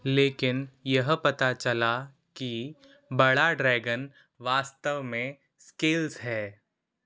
लेकिन यह पता चला कि बड़ा ड्रैगन वास्तव में स्केल्स है